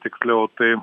tiksliau tai